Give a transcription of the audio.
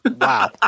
Wow